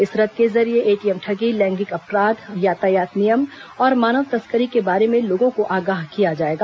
इस रथ के जरिये एटीएम ठगी लैंगिक अपराध यातायात नियम और मानव तस्करी के बारे में लोगों को अगाह किया जाएगा